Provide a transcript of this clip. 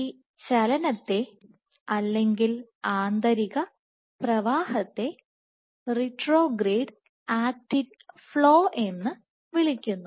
ഈ ചലനത്തെ അല്ലെങ്കിൽ ആന്തരിക പ്രവാഹത്തെ റിട്രോഗ്രേഡ് ആക്റ്റിൻ ഫ്ലോ എന്ന് വിളിക്കുന്നു